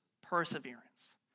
perseverance